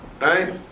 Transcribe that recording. right